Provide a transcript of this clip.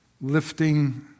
Lifting